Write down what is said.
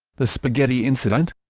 the spaghetti incident?